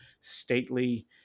stately